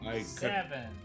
seven